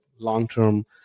long-term